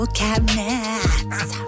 cabinets